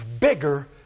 bigger